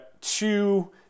two